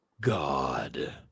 God